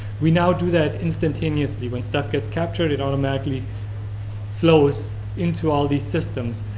we now do that instantaneously. when stuff gets captured it automatically flows into all these systems.